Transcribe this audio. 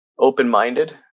open-minded